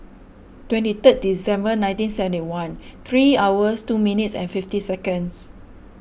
twenty third December nineteen seventy one three hours two minutes and fifty seconds